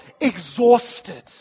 exhausted